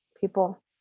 people